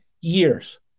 years